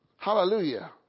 Hallelujah